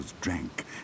drank